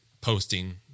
posting –